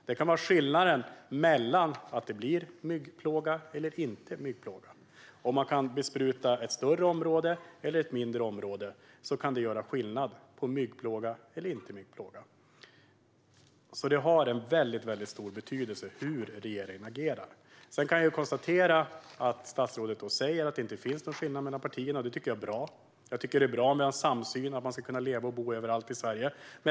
Det kan innebära skillnaden mellan myggplåga och ingen myggplåga. Om man kan bespruta ett större område eller ett mindre område kan det göra skillnad när det gäller myggplågan. Det har alltså väldigt stor betydelse hur regeringen agerar. Sedan kan jag konstatera att statsrådet säger att det inte finns någon skillnad mellan partierna. Det tycker jag är bra. Jag tycker att det är bra om vi har en samsyn gällande att man ska kunna leva och bo överallt i Sverige.